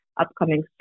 upcoming